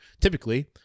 typically